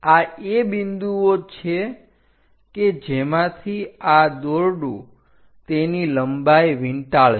આ એ બિંદુઓ છે કે જેમાંથી આ દોરડું તેની લંબાઈ વીંટાળશે